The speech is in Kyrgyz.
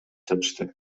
жатышты